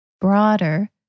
broader